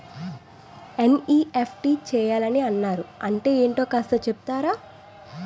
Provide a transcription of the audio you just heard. NEFT చేయాలని అన్నారు అంటే ఏంటో కాస్త చెపుతారా?